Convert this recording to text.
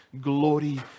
Glory